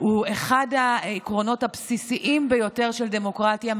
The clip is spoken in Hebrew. הוא אחד העקרונות הבסיסיים ביותר של דמוקרטיה,